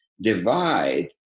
divide